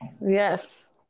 Yes